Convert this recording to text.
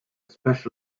special